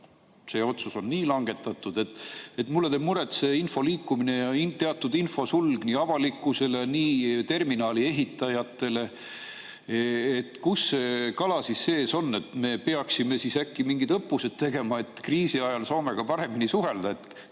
see otsus on nii langetatud. Mulle teeb muret see infoliikumine ja teatud infosulg nii avalikkusele, nii terminali ehitajatele. Kus see kala siis sees on? Me peaksime äkki mingid õppused tegema, et kriisi ajal Soomega paremini suhelda. Kes